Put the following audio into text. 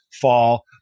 fall